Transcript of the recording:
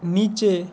নীচে